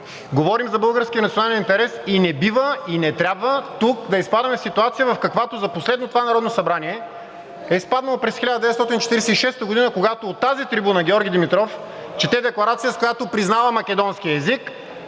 говорим за българския национален интерес и не бива, и не трябва тук да изпадаме в ситуация, в каквато за последно това Народно събрание е изпаднало през 1946 г., когато от тази трибуна Георги Димитров чете декларация, с която признава македонския език,